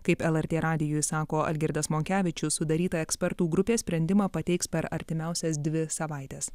kaip lrt radijui sako algirdas monkevičius sudaryta ekspertų grupė sprendimą pateiks per artimiausias dvi savaites